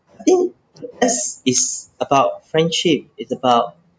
I think best is about friendship it's about